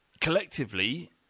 collectively